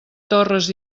torres